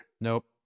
Nope